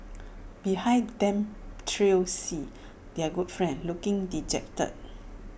behind them trailed C their good friend looking dejected